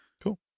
Cool